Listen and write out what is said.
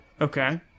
okay